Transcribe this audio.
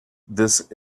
this